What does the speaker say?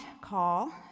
call